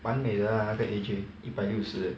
蛮美的 lah 那个 A_J 一百六十 leh